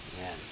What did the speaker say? amen